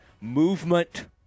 movement